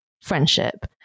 friendship